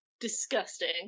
Disgusting